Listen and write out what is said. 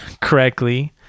correctly